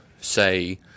say